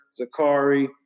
Zakari